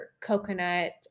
coconut